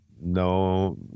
no